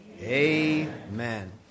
amen